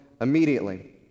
immediately